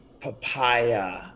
papaya